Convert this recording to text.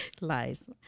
lies